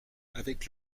avec